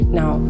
now